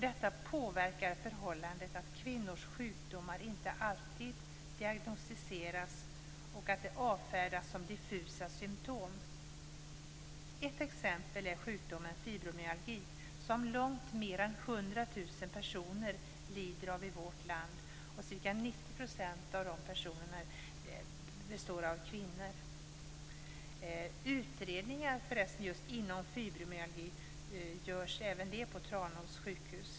Detta påverkar förhållandet att kvinnors sjukdomar inte alltid diagnostiseras och att de avfärdas som diffusa symtom. Ett exempel är sjukdomen fibromyalgi, som långt mer än 100 000 personer lider av i vårt land. Ca 90 % av dem är kvinnor. Utredningar inom fibromyalgi görs förresten även de på Tranås sjukhus.